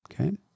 okay